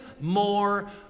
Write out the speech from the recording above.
more